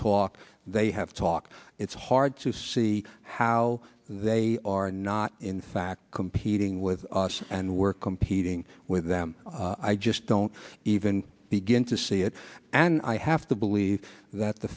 talked they have talked it's hard to see how they are not in fact competing with us and we're competing with them i just don't even begin to see it and i have to believe that the